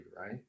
right